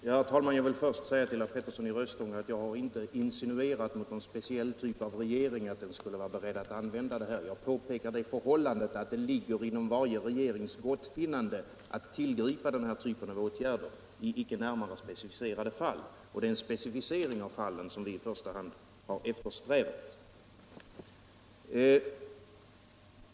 Herr talman! Jag vill först säga till herr Petersson i Röstånga att jag inte har insinuerat att någon speciell typ av regeringar skulle vara beredd att använda militär personal på detta sätt. Jag har påpekat förhållandet att det ligger inom varje regerings gottfinnande att tillgripa denna typ av åtgärder i icke närmare specificerade fall. Det är en specificering av fallen som vi i första hand eftersträvat.